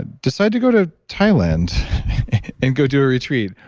decide to go to thailand and go do a retreat.